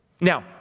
Now